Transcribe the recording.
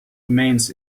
remains